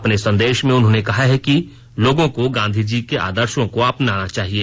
अपने संदेश में उन्होंने कहा है कि लोगों को गांधी जी के आदर्शों को अपनाना चाहिए